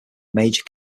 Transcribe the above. mayor